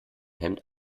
hemd